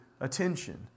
attention